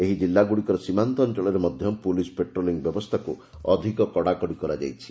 ଏହି ଜିଲ୍ଲାଗୁଡ଼ିକର ସୀମାନ୍ତ ଅଞ୍ଚଳରେ ମଧ୍ଧ ପୁଲିସ୍ ପାଟ୍ରୋଲିଂ ବ୍ୟବସ୍ତ୍ରାକୁ ଅଧିକ କଡ଼ାକଡ଼ି କରାଯାଇଛି